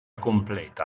completa